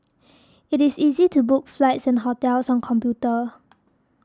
it is easy to book flights and hotels on computer